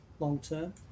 long-term